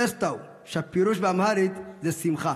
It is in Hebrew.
דסטאו, שהפירוש באמהרית זה שמחה.